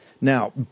Now